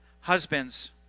Husbands